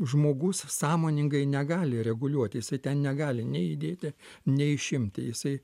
žmogus sąmoningai negali reguliuoti jisai ten negali nei įdėti nei išimti jisai